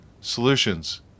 solutions